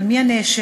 אבל מי הנאשמת,